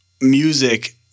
music